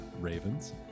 ravens